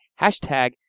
hashtag